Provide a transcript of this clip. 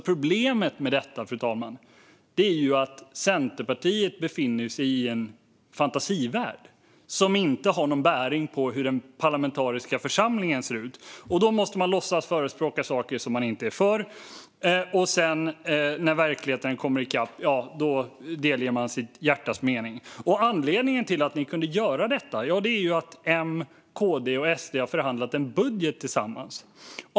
Problemet med detta, fru talman, är att Centerpartiet befinner sig i en fantasivärld som inte har någon bäring på hur den parlamentariska församlingen ser ut. Då måste man låtsas förespråka saker som man inte är för, och när sedan verkligheten kommer i kapp delger man sitt hjärtas mening. Anledningen till att ni kunde göra detta är att M, KD och SD har förhandlat en budget tillsammans.